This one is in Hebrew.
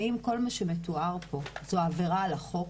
האם כל מה שמתואר פה זה עבירה על החוק?